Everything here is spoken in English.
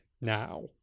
now